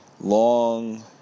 long